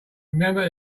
remember